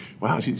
wow